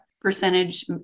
percentage